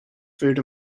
food